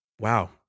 wow